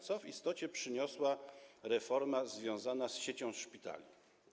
Co w istocie przyniosła reforma związana z siecią szpitali?